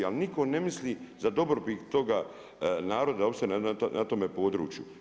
Ali nitko ne misli za dobrobit toga naroda uopće na tome području.